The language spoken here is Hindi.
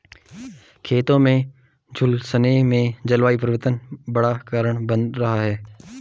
खेतों के झुलसने में जलवायु परिवर्तन बड़ा कारण बन रहा है